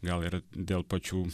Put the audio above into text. gal ir dėl pačių